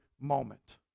moment